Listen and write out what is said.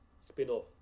spin-off